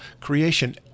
creation